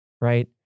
Right